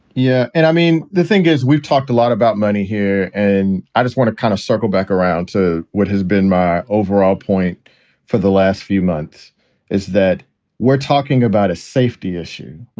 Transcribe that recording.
yeah and i mean, the thing is, we've talked a lot about money here. and i just want to kind of circle back around to what has been my overall point for the last few months is that we're talking about a safety issue.